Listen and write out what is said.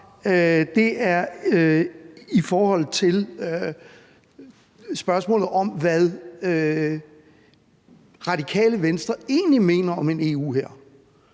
jeg har, er spørgsmålet om, hvad Radikale Venstre egentlig mener om en EU-hær.